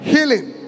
Healing